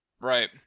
Right